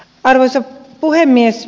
arvoisa puhemies